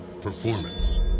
Performance